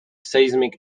seismic